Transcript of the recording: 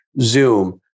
zoom